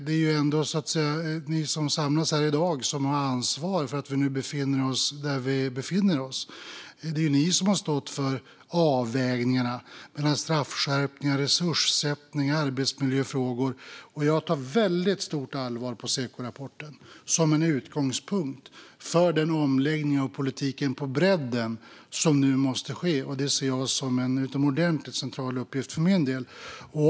Det är ändå ni som samlas här i dag som har ansvar för att vi befinner oss där vi befinner oss. Det är ni som har stått för avvägningarna mellan straffskärpningar, resurssättning och arbetsmiljöfrågor. Jag tar Sekorapporten på stort allvar, som en utgångspunkt för den omläggning av politiken på bredden som nu måste ske. Det ser jag som en utomordentligt central uppgift för min del.